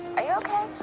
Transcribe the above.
are you okay?